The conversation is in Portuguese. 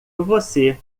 você